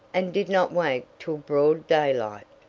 and did not wake till broad daylight.